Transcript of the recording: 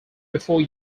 before